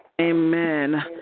Amen